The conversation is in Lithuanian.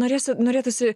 norėsiu norėtųsi